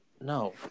No